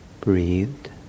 breathed